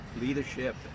leadership